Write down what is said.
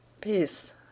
peace